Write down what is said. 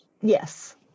Yes